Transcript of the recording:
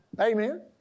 Amen